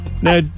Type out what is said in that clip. Now